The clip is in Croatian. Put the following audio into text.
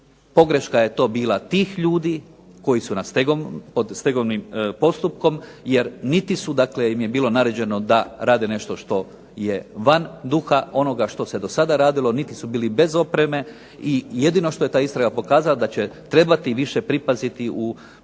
pogreška je to bila tih ljudi koji su na stegovnom postupku, jer niti im je bilo naređeno da rade nešto što je van duha nečega što se do sada radilo, niti su bili bez opreme jedino što je ta istraga pokazala da će trebati više pripaziti u procesu